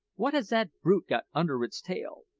what has that brute got under its tail?